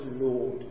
Lord